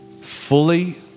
fully